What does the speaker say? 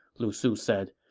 lu su said.